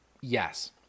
yes